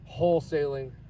wholesaling